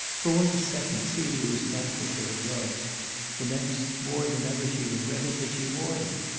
for one second celia was thankful for her gloves the next, more than ever she regretted that she wore them.